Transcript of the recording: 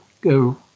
go